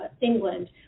England